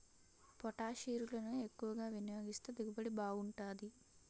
పొటాషిరులను ఎక్కువ వినియోగిస్తే దిగుబడి బాగుంటాది